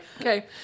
Okay